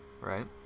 Right